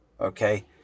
Okay